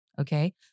Okay